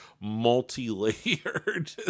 multi-layered